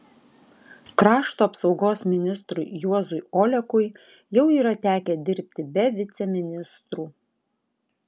krašto apsaugos ministrui juozui olekui jau yra tekę dirbti be viceministrų